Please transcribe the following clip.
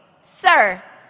Sir